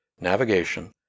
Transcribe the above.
navigation